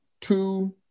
two